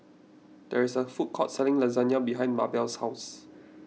there is a food court selling Lasagna behind Mabell's house